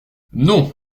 non